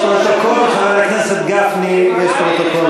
יש פרוטוקול,